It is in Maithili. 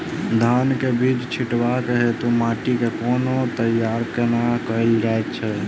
धान केँ बीज छिटबाक हेतु माटि केँ कोना तैयार कएल जाइत अछि?